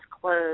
closed